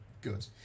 good